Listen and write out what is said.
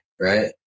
right